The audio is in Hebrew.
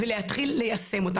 ולהתחיל ליישם אותם.